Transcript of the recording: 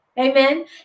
amen